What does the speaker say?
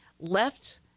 left